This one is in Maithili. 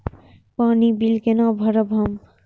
पानी बील केना भरब हम?